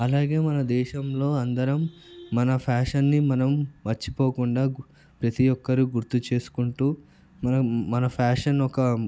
అలాగే మన దేశంలో అందరం మన ఫ్యాషన్ని మనం మర్చిపోకుండా ప్రతి ఒక్కరు గుర్తు చేసుకుంటూ మనం మన ఫ్యాషన్ ఒక